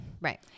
Right